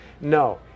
no